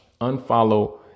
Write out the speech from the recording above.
Unfollow